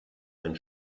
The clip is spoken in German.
ein